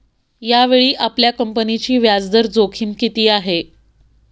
यावेळी आपल्या कंपनीची व्याजदर जोखीम किती आहे?